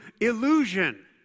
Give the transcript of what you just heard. illusion